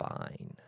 fine